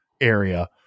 area